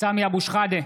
סמי אבו שחאדה,